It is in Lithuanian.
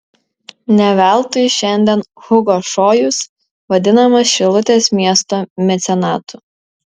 ne veltui šiandien hugo šojus vadinamas šilutės miesto mecenatu